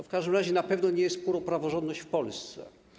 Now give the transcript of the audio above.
W każdym razie na pewno nie jest to spór o praworządność w Polsce.